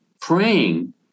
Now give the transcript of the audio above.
praying